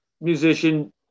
musician